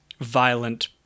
violent